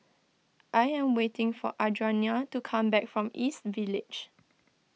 I am waiting for Adriana to come back from East Village